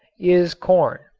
is corn.